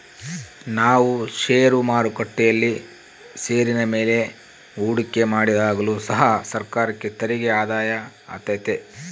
ನಾವು ಷೇರು ಮಾರುಕಟ್ಟೆಯಲ್ಲಿ ಷೇರಿನ ಮೇಲೆ ಹೂಡಿಕೆ ಮಾಡಿದಾಗಲು ಸಹ ಸರ್ಕಾರಕ್ಕೆ ತೆರಿಗೆ ಆದಾಯ ಆತೆತೆ